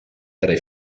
tre